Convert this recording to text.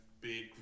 big